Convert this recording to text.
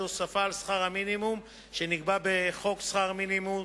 הוספה על שכר המינימום שנקבע בחוק שכר מינימום,